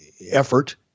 effort